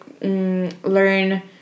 learn